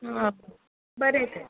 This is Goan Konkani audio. आं बरें तर